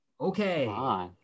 okay